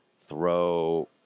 Throw